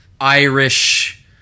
Irish